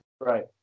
right